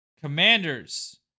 Commanders